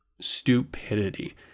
Stupidity